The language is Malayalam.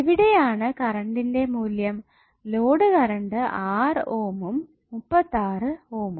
എവിടെ ആണ് കറണ്ടിന്റെ മൂല്യം ലോഡ് കറണ്ട് 6 ഓം ഉം 36 ഓം ഉം